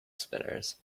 spinners